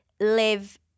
live